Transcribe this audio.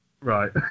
Right